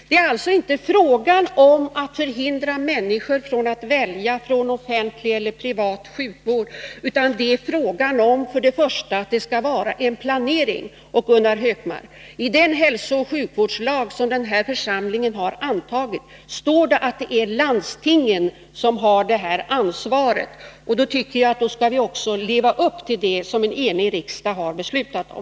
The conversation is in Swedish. Det är alltså inte fråga om att förhindra människor från att välja mellan offentlig och privat sjukvård, utan det är först och främst fråga om att det skall vara en planering, Gunnar Hökmark! I den hälsooch sjukvårdslag som denna församling har antagit står det att det är landstingen som har ansvaret härför. Jag tycker att vi också skall leva upp till det som en enig riksdag har beslutat om.